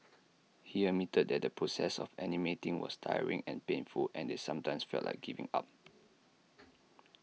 he admitted that the process of animating was tiring and painful and they sometimes felt like giving up